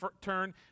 turn